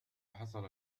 حصل